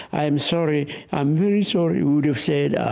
i am sorry. i am very sorry, we would've said, ah,